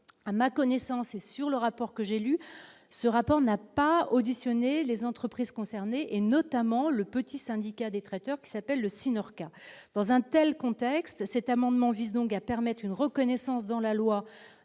à ma connaissance, et sur le rapport que j'ai lu ce rapport n'a pas auditionner les entreprises concernées et notamment le petit syndicat des traiteurs qui s'appelle le Synhorcat dans contexte cet amendement vise donc à permettre une reconnaissance dans la loi